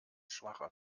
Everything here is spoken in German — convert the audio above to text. schwacher